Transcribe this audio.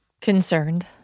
concerned